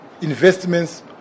investments